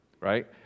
right